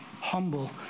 humble